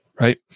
right